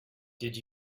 did